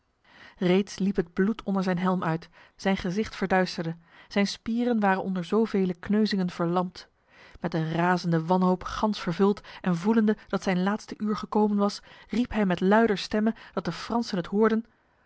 reeds liep het bloed onder zijn helm uit zijn gezicht verduisterde zijn spieren waren onder zovele kneuzingen verlamd met een razende wanhoop gans vervuld en voelende dat zijn laatste uur gekomen was riep hij met luider stemme dat de fransen het hoorden